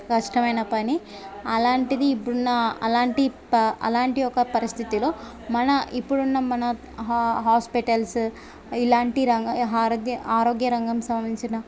కష్టమైన పని అలాంటిది ఇప్పుడున్న అలాంటి ప అలాంటి ఒక పరిస్థితిలో మన ఇప్పుడున్న మన హా హాస్పిటల్సు ఇలాంటి రంగా హార ఆరోగ్య రంగం సంబంధించిన